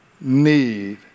need